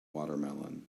watermelon